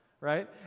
Right